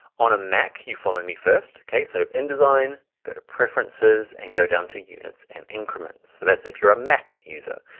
on a mac, you follow me first, okay? so indesign, go to preferences and go down to units and increments. so that's if you're a mac user.